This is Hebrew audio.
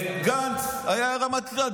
גנץ, היה רמטכ"ל.